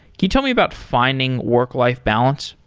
you tell me about finding work-life balance?